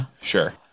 sure